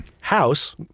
House